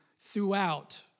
throughout